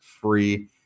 free